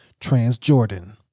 Transjordan